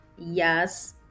Yes